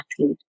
athlete